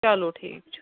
چلو ٹھیٖک چھُ